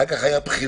אחר כך היו בחירות.